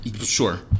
Sure